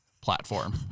platform